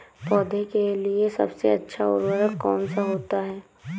पौधे के लिए सबसे अच्छा उर्वरक कौन सा होता है?